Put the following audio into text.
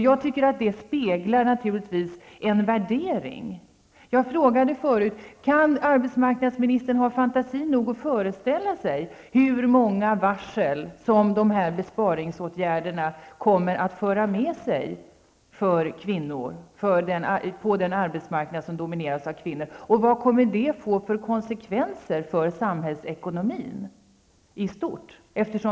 Jag menar att de naturligtvis speglar en värdering. Jag frågade förut: Kan arbetsmarknadsministern ha fantasi nog att föreställa sig hur många varsel som dessa besparingsåtgärder kommer att föra med sig på den arbetsmarknad som domineras av kvinnor? Och vad kommer det att få för konsekvenser för samhällsekonomin i stort?